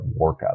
workup